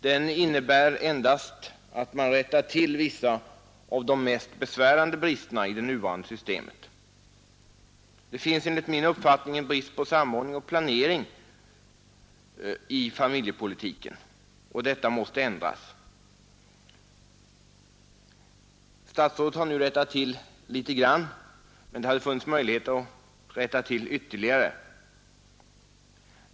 Den innebär endast att man råder bot på vissa av de mest besvärande bristerna i det nuvarande systemet. Det finns enligt min uppfattning en brist på samordning och planering i familjepolitiken och detta måste ändras. Statsrådet har nu rättat till litet grand, men det hade funnits möjligheter att rätta till mer.